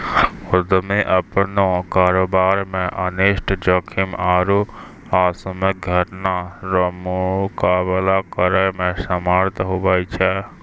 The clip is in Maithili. उद्यमी अपनो कारोबार मे अनिष्ट जोखिम आरु आकस्मिक घटना रो मुकाबला करै मे समर्थ हुवै छै